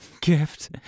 gift